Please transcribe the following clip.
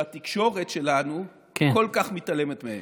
שהתקשורת שלנו כל כך מתעלמת מהם.